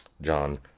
John